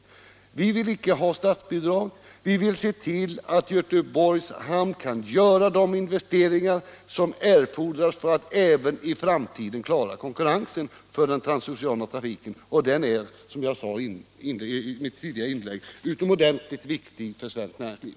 Vi vill icke ha några statsbidrag. Vi vill se till att Göteborgs hamn kan göra de investeringar som erfordras för att den även i framtiden skall klara konkurrensen i den transoceana trafiken, och denna är som jag sade i mitt tidigare inlägg utomordentligt viktig för svenskt näringsliv.